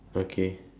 okay